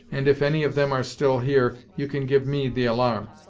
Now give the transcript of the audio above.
and if any of them are still here you can give me the alarm.